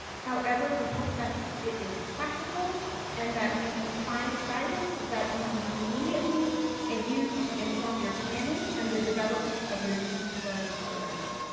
however, we hope that it is practical and that you can find guidance that you can immediately ah use to inform your planning and the development of your distance learning programs.